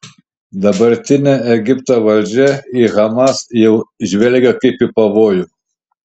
dabartinė egipto valdžia į hamas jau žvelgia kaip į pavojų